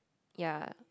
ya